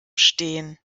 stehen